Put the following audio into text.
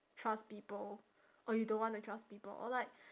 trust people or you don't want to trust people or like